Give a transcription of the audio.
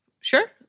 Sure